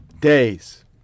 Days